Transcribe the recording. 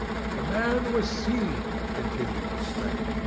the man was seen, continued lestrade.